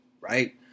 Right